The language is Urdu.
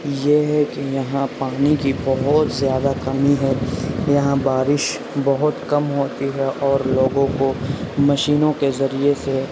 یہ ہے کہ یہاں پانی کی بہت زیادہ کمی ہے یہاں بارش بہت کم ہوتی ہے اور لوگوں کو مشینوں کے ذریعے سے